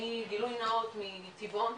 אני, גילוי נאות, מטבעון.